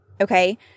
Okay